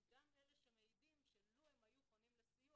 הם גם אלה שמעידים שלו הם היו פונים לסיוע,